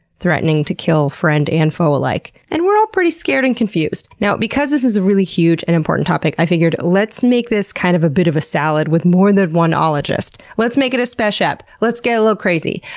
threatening to kill friend and foe alike. and we're all pretty scared and confused. now, because this is a really huge and important topic i figured let's make this, kind of, a bit of a salad with more than one ologist. let's make it a spesh ep. let's get a little crazy!